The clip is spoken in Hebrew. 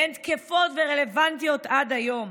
והן תקפות ורלוונטיות עד היום.